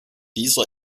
dieser